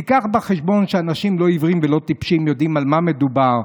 תביא בחשבון שאנשים לא עיוורים ולא טיפשים ויודעים על מה מדובר.